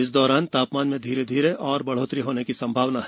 इस दौरान ता मान में धीरे धीरे और बढ़ोतरी होने की संभावना है